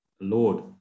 Lord